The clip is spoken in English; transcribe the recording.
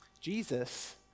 Jesus